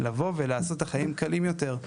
לבוא ולעשות את החיים קלים יותר.